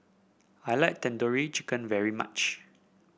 I like Tandoori Chicken very much